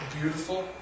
beautiful